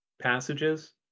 passages